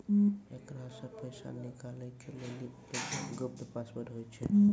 एकरा से पैसा निकालै के लेली एगो गुप्त पासवर्ड होय छै